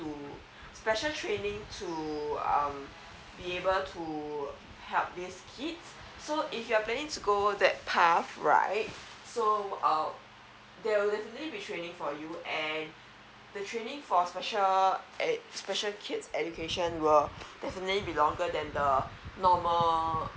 to special training to um be able to help these kids so if you're planning to go that path right so uh there will definitely be training for you and the training for special kid's education will definitely be longer than the normal